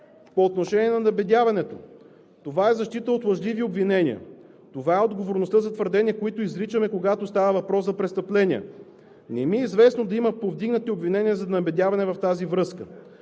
По отношение на набедяването. Това е защита от лъжливи обвинения. Това е отговорността за твърдения, които изричаме, когато става въпрос за престъпления. Не ми е известно да има повдигнати обвинения за набедяване в тази връзка